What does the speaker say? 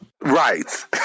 right